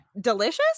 Delicious